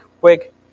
quick